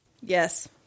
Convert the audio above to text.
Yes